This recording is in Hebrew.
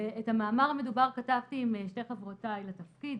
את המאמר המדובר כתבתי עם שתי חברותיי לתפקיד,